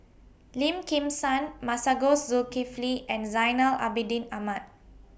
Lim Kim San Masagos Zulkifli and Zainal Abidin Ahmad